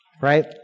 right